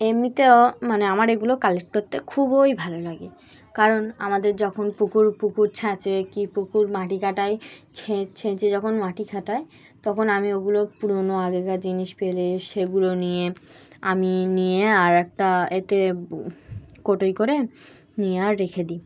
এমনিতেও মানে আমার এগুলো কালেক্ট করতে খুবই ভালো লাগে কারণ আমাদের যখন পুকুর পুকুর ছেঁচে কি পুকুর মাটি কাটাই ছেঁচে যখন মাটি কাটাই তখন আমি ওগুলো পুরোনো আগেকার জিনিস পেলে সেগুলো নিয়ে আমি নিয়ে আর একটা ইয়েতে কোটোই করে নিয়ে আর রেখে দিই